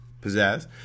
Pizzazz